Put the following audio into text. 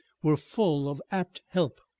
were full of apt help,